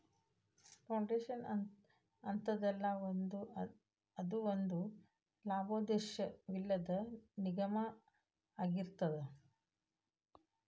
foundation ಅಂತದಲ್ಲಾ, ಅದು ಒಂದ ಲಾಭೋದ್ದೇಶವಿಲ್ಲದ್ ನಿಗಮಾಅಗಿರ್ತದ